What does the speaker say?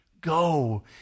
Go